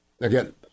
again